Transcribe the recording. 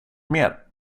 mer